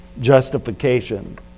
justification